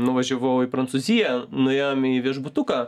nuvažiavau į prancūziją nuėjom į viešbutuką